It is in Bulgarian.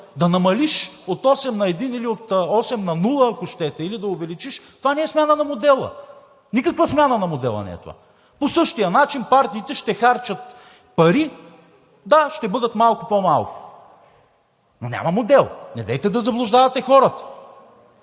Да намалиш от осем на един или от осем на нула, ако щете или да увеличиш – това не е смяна на модела. Никаква смяна на модела не е това. По същия начин партиите ще харчат пари – да ще бъдат малко по-малко, но няма модел. Недейте да заблуждавате хората.